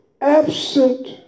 absent